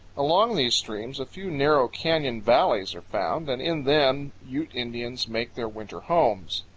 along these streams a few narrow canyon valleys are found, and in them ute indians make their winter homes.